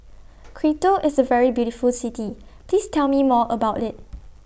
Quito IS A very beautiful City Please Tell Me More about IT